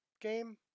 game